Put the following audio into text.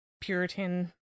puritan